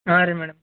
ಹಾಂ ರೀ ಮೇಡಮ್